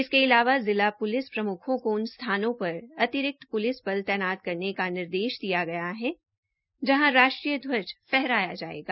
इसके अलावा जिला प्लिस प्रम्खों को उन स्थानों पर अतिरिक्त प्लिस बल तैनात करने का निर्देश दिया गया है जहां राष्ट्रीय ध्वज फहराया जायेगा